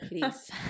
please